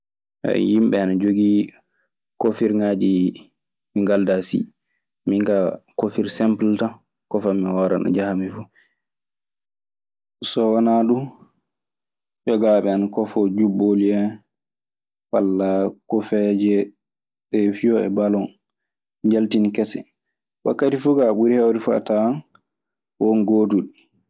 Yimɓe ana joggi kofirŋaaji ɗi ngaldaa sii. Minkaa kofir simpul tan koffan mi hooran nde ɗo njahammi fuu. So wanaa ɗun, yogaaji ana kofoo jubbooli en walla kofeeje fiyooɓe balon njaltini kese. Wakkati fuu kaa ɓuri heewde fuu a tawan won gooduɗi.